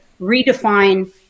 Redefine